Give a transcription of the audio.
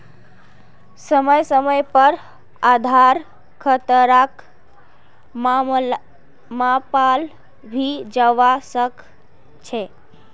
समय समय पर आधार खतराक मापाल भी जवा सक छे